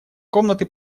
комнаты